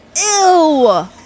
Ew